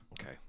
Okay